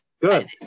Good